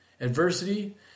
Adversity